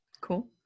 Cool